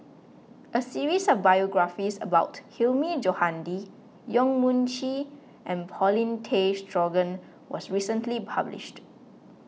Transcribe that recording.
a series of biographies about Hilmi Johandi Yong Mun Chee and Paulin Tay Straughan was recently published